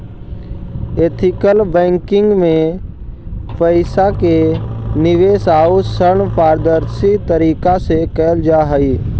ethical banking में पइसा के निवेश आउ ऋण पारदर्शी तरीका से कैल जा हइ